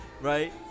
Right